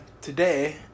today